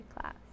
class